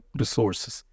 resources